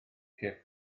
chyff